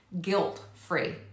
guilt-free